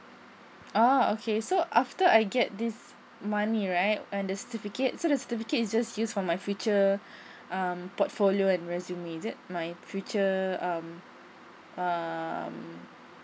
oh okay so after I get this money right and the certificate so the certificate is just use for my future um portfolio and resume is it my future um um